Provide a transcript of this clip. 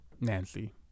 Nancy